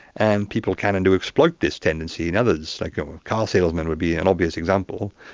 and people can and do exploit this tendency in others. like a car salesman would be an obvious example.